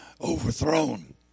overthrown